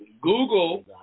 Google